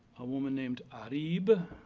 a woman named arib,